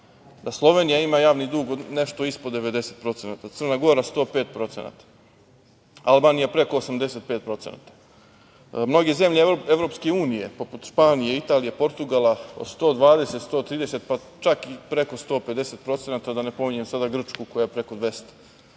da Slovenija ima javni dug nešto ispod 90%, Crna Gora 105%, Albanija preko 85%. Mnoge zemlje Evropske unije poput Španije, Italije, Portugala, od 120, 130, pa čak preko 150%, da ne pominjem sada Grčku koja je preko